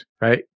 Right